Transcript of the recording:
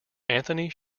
anthony